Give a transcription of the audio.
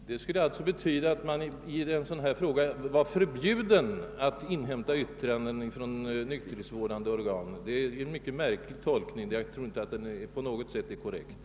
Herr talman! Det skulle alltså betyda att man i sådana frågor vore förbjuden eller hindrad att inhämta yttrande från nykterhetsvårdande organ. Det är en mycket märklig tolkning, och jag tror inte att den på något sätt är korrekt.